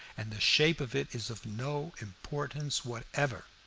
and the shape of it is of no importance whatever.